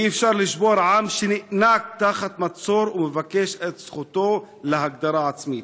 אי-אפשר לשבור עם שנאנק תחת מצור ומבקש את זכותו להגדרה עצמית.